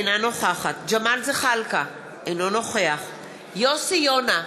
אינה נוכחת ג'מאל זחאלקה, אינו נוכח יוסי יונה,